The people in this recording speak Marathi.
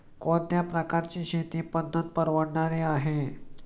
कोणत्या प्रकारची शेती पद्धत परवडणारी आहे?